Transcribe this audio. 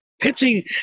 Pitching